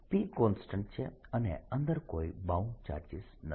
P constant છે તેથી અંદર કોઈ બાઉન્ડ ચાર્જીસ નથી